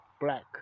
black